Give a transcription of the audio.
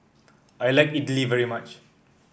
I like idly very much